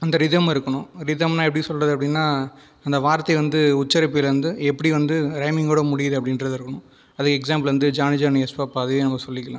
அந்த ரிதம் இருக்கணும் ரிதம்னால் எப்படி சொல்கிறது அப்படினால் அந்த வார்த்தை வந்து உச்சரிப்பு வந்து எப்படி வந்து ரைமிங்கோடு முடியுது அப்படின்றது இருக்கணும் அதே எக்ஸாம்பிள் வந்து ஜானி ஜானி எஸ் பாப்பா அதையே நம்ம சொல்லிக்கலாம்